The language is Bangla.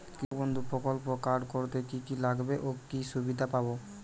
কৃষক বন্ধু প্রকল্প কার্ড করতে কি কি লাগবে ও কি সুবিধা পাব?